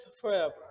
forever